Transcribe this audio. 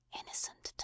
innocent